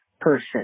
person